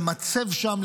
למצב שם,